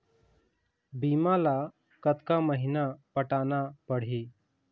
बीमा ला कतका महीना पटाना पड़ही?